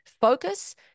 focus